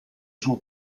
suo